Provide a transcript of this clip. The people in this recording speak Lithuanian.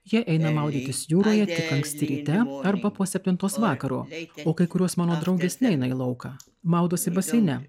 jie eina maudytis jūroje tik anksti ryte arba po septintos vakaro o kai kurios mano draugės neina į lauką maudosi baseine